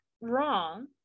wrong